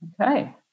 Okay